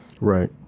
Right